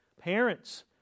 parents